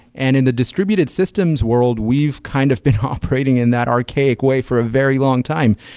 and in the distributed systems world, we've kind of been operating in that archaic way for a very long time.